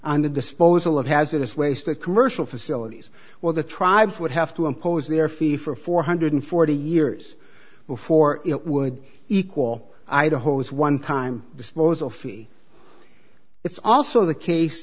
the disposal of hazardous waste at commercial facilities where the tribes would have to impose their fee for four hundred and forty years before it would equal idaho's one time disposal fee it's also the case